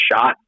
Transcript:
shot